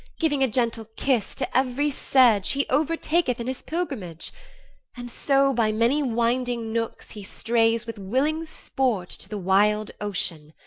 giving a gentle kiss to every sedge he overtaketh in his pilgrimage and so by many winding nooks he strays, with willing sport, to the wild ocean.